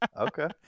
okay